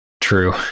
True